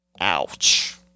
Ouch